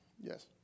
Yes